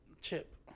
chip